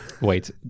Wait